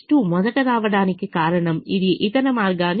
X2 మొదట రావడానికి కారణం ఇది ఇతర మార్గాన్ని చూపించింది